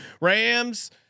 Rams